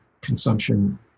consumption